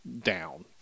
down